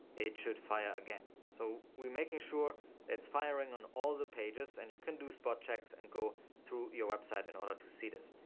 it should fire again. so we making sure it's firing on all the pages and you can do spot checks and go through your website in order to see this.